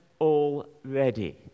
already